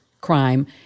crime